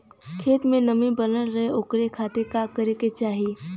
खेत में नमी बनल रहे ओकरे खाती का करे के चाही?